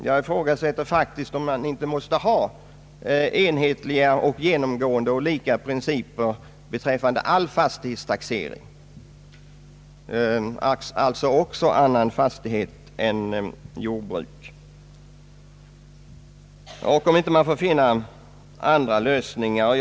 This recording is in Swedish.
Jag ifrågasätter faktiskt om man inte måste ha enhetliga, genomgående och lika principer beträffande all fastighetstaxering — alltså såväl annan fastighet som jordbruksfastighet — och om man inte får försöka finna andra lösningar för att klara taxeringsvärdenas återverkan vad gäller jordbrukets beskattning.